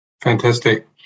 Fantastic